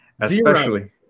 especially-